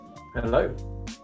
Hello